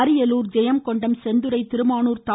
அரியலூர் ஜெயங்கொண்டம் செந்துறை திருமானூர் தா